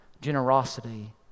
generosity